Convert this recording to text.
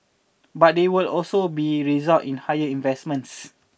but they will also be result in higher investments